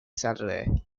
saturday